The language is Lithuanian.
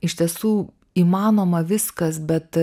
iš tiesų įmanoma viskas bet